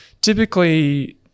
Typically